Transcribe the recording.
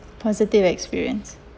positive experience